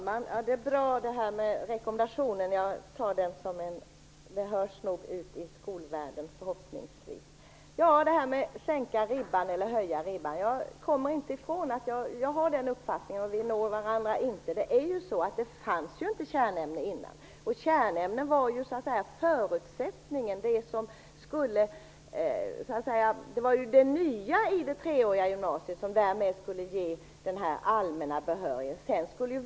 Fru talman! Det som sagts beträffande rekommendationen är bra. Förhoppningsvis når detta ut till skolvärlden. Jag återkommer till resonemanget om att sänka eller höja ribban. Jag kan inte komma ifrån min uppfattning. Där når vi alltså inte fram till varandra. Det här med kärnämnen fanns inte tidigare. Kärnämnena skulle ju vara det nya i det treåriga gymnasiet som skulle ge allmän behörighet.